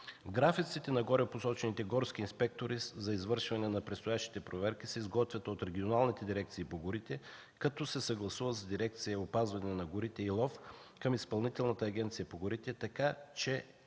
Графиците на горепосочените горски инспектори за извършване на предстоящите проверки се изготвят от регионалните дирекции по горите, като се съгласуват с дирекция „Опазване на горите и лов” към Изпълнителната агенция по горите, така че